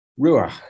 ruach